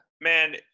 man